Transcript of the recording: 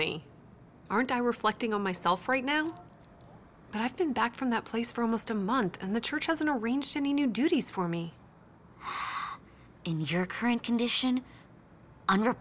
me aren't i reflecting on myself right now but i've been back from that place for almost a month and the church doesn't arranged any new duties for me in your current condition un